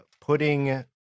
putting